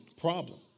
problem